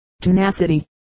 tenacity